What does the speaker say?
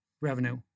revenue